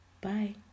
Bye